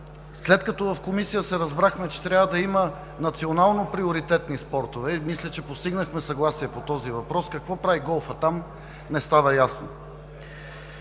След като в Комисията се разбрахме че трябва да има национално приоритетни спортове и мисля, че постигнахме съгласие по този въпрос. Какво прави голфът там, не става ясно.